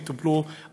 הם טיפלו בעניים,